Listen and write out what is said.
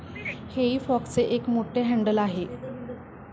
हेई फॉकचे एक मोठे हँडल आहे